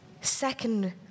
Second